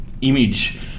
image